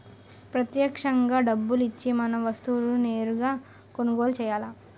ప్రత్యక్షంగా డబ్బులు ఇచ్చి మనం వస్తువులను నేరుగా కొనుగోలు చేయాలి